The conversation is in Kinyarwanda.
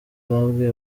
babwiye